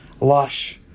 lush